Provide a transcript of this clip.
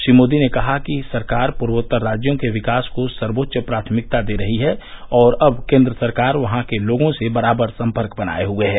श्री मोदी ने कहा कि सरकार पूर्वोत्तर राज्यों के विकास को सर्वोच्च प्राथमिकता र्दे रही है और अब केन्द्र सरकार वहां के लोगों से बराबर संपर्क बनाये हए है